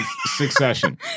succession